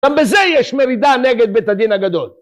גם בזה יש מרידה נגד בית הדין הגדול